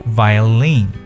violin